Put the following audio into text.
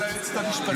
--- אתה מוריד אותו.